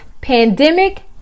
Pandemic